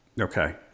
Okay